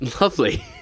lovely